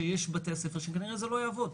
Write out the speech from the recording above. שיש בתי ספר שכנראה זה לא יעבוד,